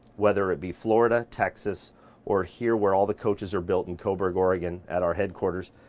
whether it be florida, texas or here where all the coaches are built in coburg oregon at our headquarters,